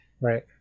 Right